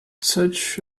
such